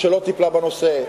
שלא טיפלה בנושא.